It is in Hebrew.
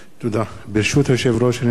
כי הונחו היום על שולחן הכנסת,